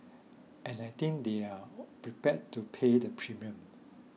and I think they're prepared to pay the premium